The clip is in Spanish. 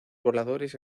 voladores